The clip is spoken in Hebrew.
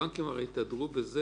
הבנקים הרי התהדרו בזה